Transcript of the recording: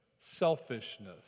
selfishness